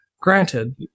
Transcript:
granted